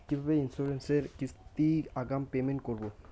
কিভাবে ইন্সুরেন্স এর কিস্তি আগাম পেমেন্ট করবো?